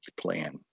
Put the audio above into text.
plan